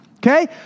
Okay